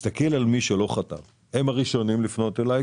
מי שלא חתם היה הראשון לפנות אלי,